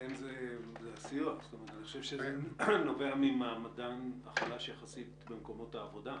אני חושב שזה נובע ממעמדן החלש יחסית במקומות העבודה.